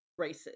racist